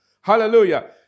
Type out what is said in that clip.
Hallelujah